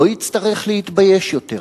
לא יצטרך להתבייש יותר.